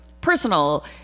personal